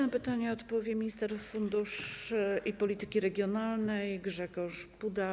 Na pytanie odpowie minister funduszy i polityki regionalnej Grzegorz Puda.